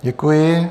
Děkuji.